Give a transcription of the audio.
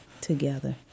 Together